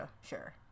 Sure